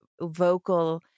vocal